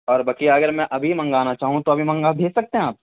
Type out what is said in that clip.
اور بقیہ اگر میں ابھی منگوانا چاہوں تو ابھی منگوا بھیج سکتے ہیں آپ